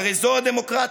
והרי זו הדמוקרטיה: